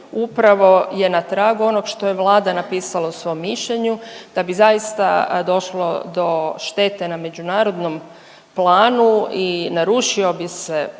upravo je na tragu onog što je Vlada napisala u svom mišljenju da bi zaista došlo do štete na međunarodnom planu i narušio bi se